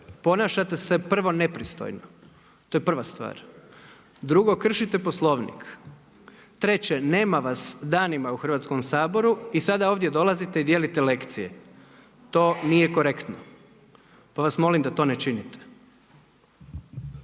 ponašate se prvo nepristojno, to je prva stvar. Drugo kršite Poslovnik, treće, nema vas danima u Hrvatskom saboru i sada ovdje dolazite i dijelite lekcije. To nije korektno. Pa vas molim da to ne činite.